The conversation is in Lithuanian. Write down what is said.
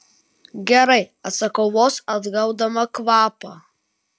gerai atsakau vos atgaudama kvapą